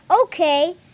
Okay